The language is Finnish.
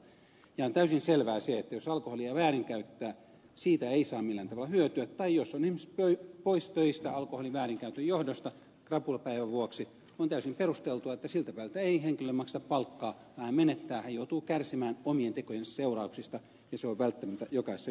on täysin selvää se että jos alkoholia väärinkäyttää siitä ei saa millään tavalla hyötyä tai jos on esimerkiksi poissa töistä alkoholin väärinkäytön johdosta krapulapäivän vuoksi on täysin perusteltua että siltä päivältä ei henkilölle makseta palkkaa vaan hän menettää hän joutuu kärsimään omien tekojensa seurauksista ja se on välttämätöntä jokaisessa yhteiskunnassa